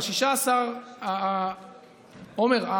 עומר,